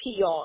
PR